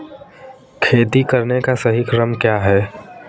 खेती करने का सही क्रम क्या है?